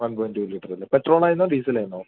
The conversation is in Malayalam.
വൺ പോയിൻറ്റ് ടു ലിറ്ററല്ലേ പെട്രോളായിരുന്നോ ഡീസലായിരുന്നോ